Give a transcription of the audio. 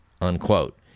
unquote